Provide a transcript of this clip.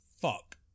fuck